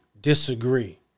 disagree